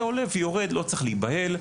זה עולה ויורד ולא צריך להיבהל.